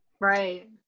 Right